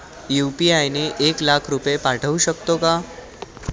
UPI ने एक लाख रुपये पाठवू शकतो का?